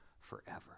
forever